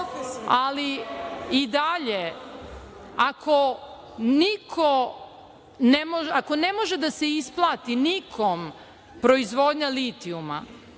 imamo struju. Ako ne može da se isplati nikom proizvodnja litijuma,